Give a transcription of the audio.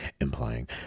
implying